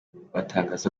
batangaza